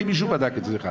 האם מישהו בדק את זה בכלל.